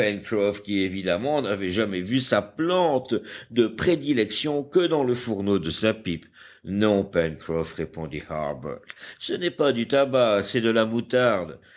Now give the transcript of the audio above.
qui évidemment n'avait jamais vu sa plante de prédilection que dans le fourneau de sa pipe non pencroff répondit harbert ce n'est pas du tabac c'est de la moutarde